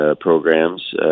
programs